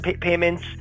payments